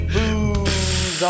booze